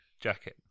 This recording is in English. jacket